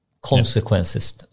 consequences